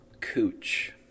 cooch